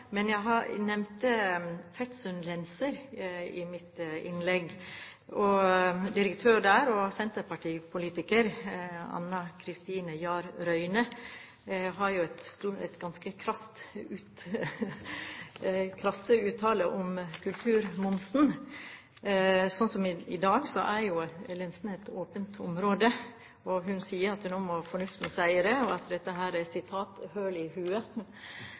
men det var godt å få sagt det! Jeg skal ikke spørre mer om EØS-avtalen nå. Jeg nevnte Fetsund Lenser i mitt innlegg. Direktøren der, senterpartipolitikeren Anna Kristine Jahr Røine, har krasse uttalelser om kulturmomsen. Slik det er i dag, er lensene et åpent område, og hun sier at nå må fornuften seire, og at dette er «høl i